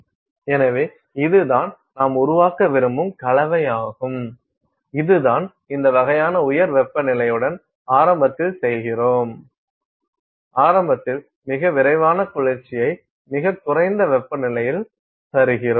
எனவே இதுதான் நாம் உருவாக்க விரும்பும் கலவையாகும் இதுதான் இந்த வகையான உயர் வெப்பநிலையுடன் ஆரம்பத்தில் செய்கிறோம் ஆரம்பத்தில் மிக விரைவான குளிர்ச்சியை மிகக் குறைந்த வெப்பநிலையில் தருகிறோம்